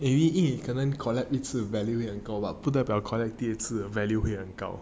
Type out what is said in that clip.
maybe 一可能 collab 一次 value 会高 but 不代表 collab 第二次 value 会很高